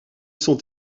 sont